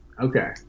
Okay